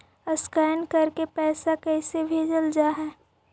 Scan करके पैसा कैसे भेजल जा हइ?